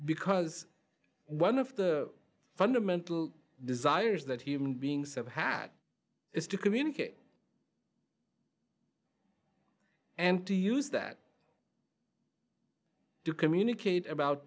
because one of the fundamental desires that human beings have had is to communicate and to use that to communicate about